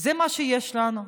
זה מה שיש לנו.